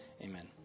Amen